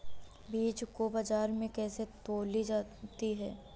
बीज को बाजार में कैसे तौली जाती है?